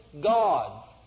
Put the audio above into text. God